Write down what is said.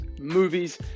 movies